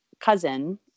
cousin